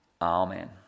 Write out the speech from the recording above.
Amen